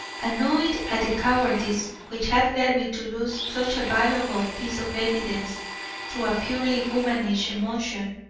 annoyed at the cowardice which had led me to lose such a valuable piece of evidence through a purely womanish emotion,